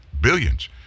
billions